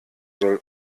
soll